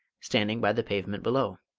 standing by the pavement below.